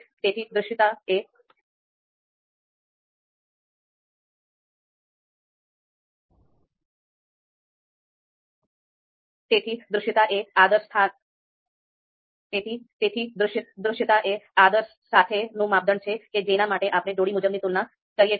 તેથી દૃશ્યતા એ આદર સાથેનું માપદંડ છે કે જેના માટે આપણે જોડી મુજબની તુલના કરીએ છીએ